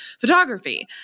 photography